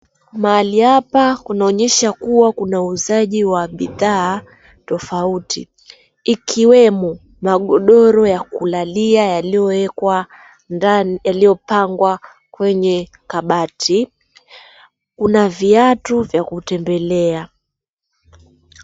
Mahali hapa kunaonyesha kuwa kuna uuzaji wa bidhaa tofauti ikiwemo magodoro ya kulalia yaliyowekwa ndani, yaliyopangwa kwenye kabati, kuna viatu vya kutembelea.